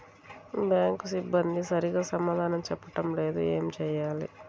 Bank సిబ్బంది సరిగ్గా సమాధానం చెప్పటం లేదు ఏం చెయ్యాలి?